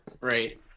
Right